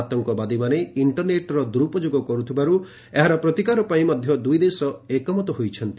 ଆତଙ୍କବାଦୀମାନେ ଇଣ୍ଟରନେଟ୍ର ଦୂରୁପଯୋଗ କରୁଥିବାରୁ ଏହାର ପ୍ରତିକାର ପାଇଁ ମଧ୍ୟ ଦୁଇ ଦେଶ ଏକମତ ହୋଇଛନ୍ତି